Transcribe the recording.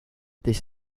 this